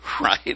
right